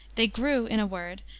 they grew, in a word,